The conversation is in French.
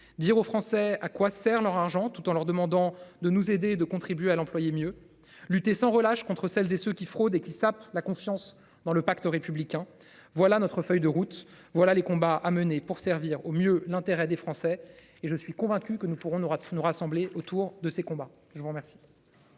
dire aux Français, à quoi sert leur argent, tout en leur demandant de nous aider de contribuer à l'employé mieux lutter sans relâche contre celles et ceux qui fraudent et qui sapent la confiance dans le pacte républicain. Voilà notre feuille de route voilà les combats à mener pour servir au mieux l'intérêt des Français et je suis convaincue que nous pourrons n'aura tous nous rassembler autour de ces combats, je vous remercie.